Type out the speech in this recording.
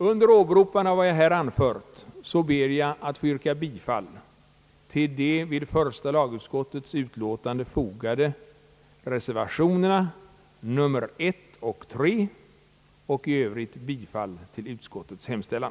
Under åberopande av vad jag här har anfört ber jag att få yrka bifall till de vid första lagutskottets utlåtande fogade reservationerna nr 1 och 3 och i övrigt bifall till utskottets hemställan.